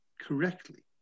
correctly